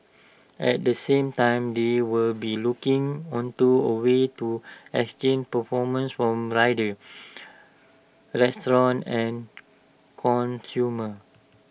at the same time they will be looking onto A ways to extinct performance form riders restaurants and consumers